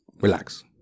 Relax